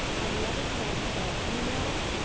and the other friend said you know,